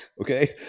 Okay